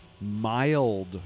mild